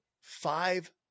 five